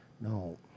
No